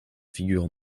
figure